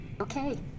Okay